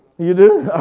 you do,